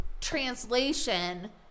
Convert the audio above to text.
translation